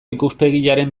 ikuspegiaren